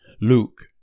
Luke